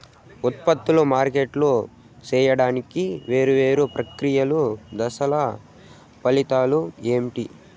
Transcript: ఉత్పత్తులను మార్కెట్ సేయడానికి వేరువేరు ప్రక్రియలు దశలు ఫలితాలు ఏంటి?